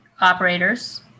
operators